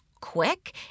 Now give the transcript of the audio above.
Quick